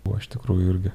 buvo iš tikrųjų irgi